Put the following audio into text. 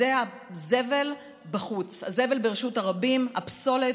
וזה הזבל בחוץ, הזבל ברשות הרבים, הפסולת.